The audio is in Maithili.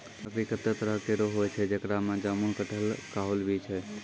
लकड़ी कत्ते तरह केरो होय छै, जेकरा में जामुन, कटहल, काहुल भी छै